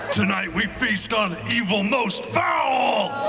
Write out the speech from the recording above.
tonight, we feast on evil most fowl!